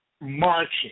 marching